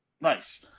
nice